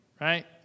Right